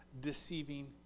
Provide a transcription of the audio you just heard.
deceiving